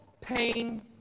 pain